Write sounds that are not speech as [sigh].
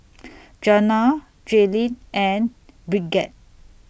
[noise] Jana Jaelyn and Bridgett